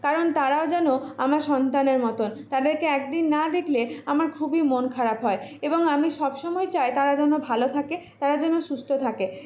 কারণ তারাও যেন আমার সন্তানের মতন তাদেরকে একদিন না দেখলে আমার খুবই মন খারাপ হয় এবং আমি সব সময় চাই তারা যেন ভালো থাকে তারা যেন সুস্থ থাকে